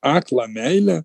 aklą meilę